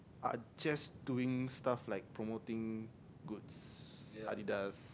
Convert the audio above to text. are just doing stuff like promoting goods Adidas